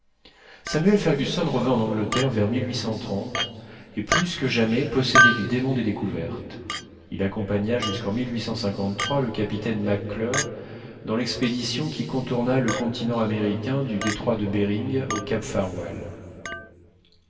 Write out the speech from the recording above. samuel fergusson revint en angleterre vers et plus que jamais possédé du démon des découvertes il accompagna jusquen le capitaine mac clure dans l'expédition qui contourna le continent américain du détroit de behring au cap farewel